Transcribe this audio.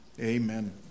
Amen